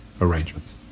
arrangements